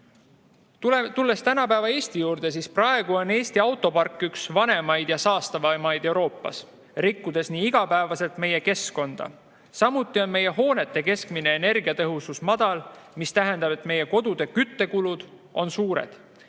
Tulles tänapäeva Eesti juurde, siis praegu on Eesti autopark üks vanemaid ja saastavaimaid Euroopas, rikkudes nii igapäevaselt meie keskkonda. Samuti on meie hoonete keskmine energiatõhusus madal, mis tähendab, et meie kodude küttekulud on suured.